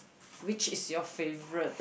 which is your favourite